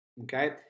Okay